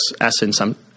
essence